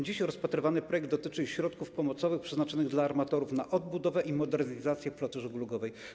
Dziś rozpatrywany projekt dotyczy środków pomocowych przeznaczonych dla armatorów na odbudowę i modernizację floty żeglugowej.